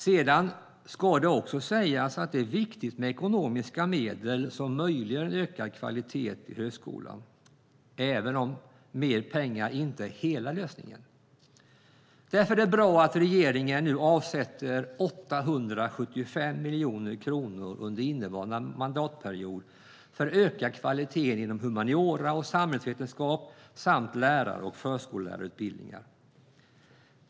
Sedan ska det också sägas att det är viktigt med ekonomiska medel som möjliggör en ökad kvalitet i högskolan, även om mer pengar inte är hela lösningen. Därför är det bra att regeringen nu avsätter 875 miljoner kronor under innevarande mandatperiod för ökad kvalitet inom humaniora och samhällsvetenskap samt lärar och förskollärarutbildningar.